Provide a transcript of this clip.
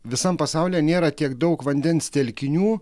visam pasaulyje nėra tiek daug vandens telkinių